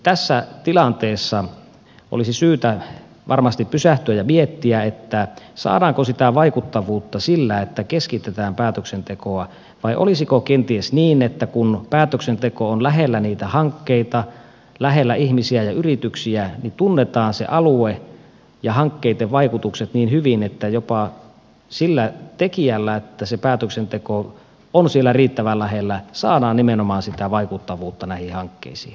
tässä tilanteessa olisi syytä varmasti pysähtyä ja miettiä saadaanko sitä vaikuttavuutta sillä että keskitetään päätöksentekoa vai olisiko kenties niin että kun päätöksenteko on lähellä niitä hankkeita lähellä ihmisiä ja yrityksiä niin tunnetaan se alue ja hankkeitten vaikutukset niin hyvin että jopa sillä tekijällä että se päätöksenteko on siellä riittävän lähellä saadaan nimenomaan sitä vaikuttavuutta näihin hankkeisiin